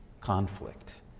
conflict